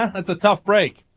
um that's a tough break